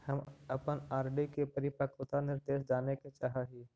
हम अपन आर.डी के परिपक्वता निर्देश जाने के चाह ही